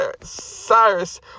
Cyrus